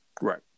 Right